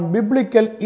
Biblical